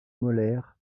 molaires